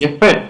יפה,